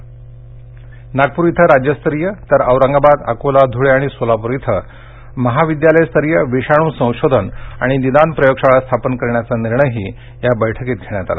राज्यात नागपूरला राज्यस्तरीय तर औरंगाबाद अकोला धुळे आणि सोलापूर इथं शासकीय वैद्यकीय महाविद्यालयस्तरीय विषाणू संशोधन आणि निदान प्रयोगशाळा स्थापन करण्याचा निर्णयहीया बैठकीत घेण्यात आला